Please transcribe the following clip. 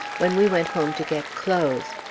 when we went home to get clothes.